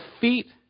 feet